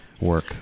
work